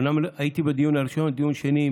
אומנם הייתי בדיון הראשון ובדיון השני,